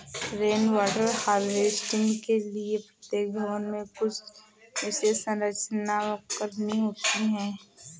rain water harvesting के लिए प्रत्येक भवन में कुछ विशेष संरचना करनी होती है